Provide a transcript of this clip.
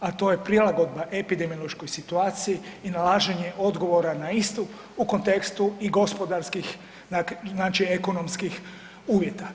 A to je prilagodba epidemiološkoj situaciji i nalaženje odgovora na istu u kontekstu i gospodarskih znači ekonomskih uvjeta.